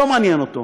לא מעניין אותו.